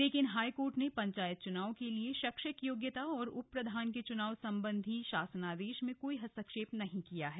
लेकिन हाईकोर्ट ने पंचायत चुनाव के लिए शैक्षिक योग्यता और उप प्रधान के चुनाव सम्बन्धी शासनादेश में कोई हस्तक्षेप नहीं किया है